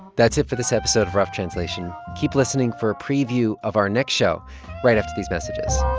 that's it for this episode of rough translation. keep listening for a preview of our next show right after these messages